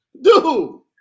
Dude